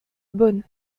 bonn